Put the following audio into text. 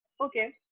Okay